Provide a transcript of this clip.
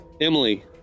Emily